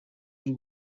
y’u